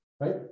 right